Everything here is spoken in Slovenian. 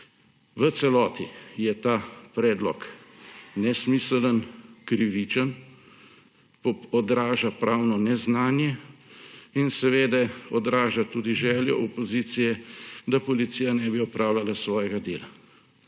V celoti je ta predlog nesmiseln, krivičen, odraža pravno neznanje in seveda odraža tudi željo opozicije, da policija ne bi opravljala svojega dela.